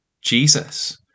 Jesus